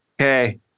Okay